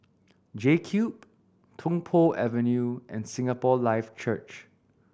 JCube Tung Po Avenue and Singapore Life Church